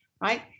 right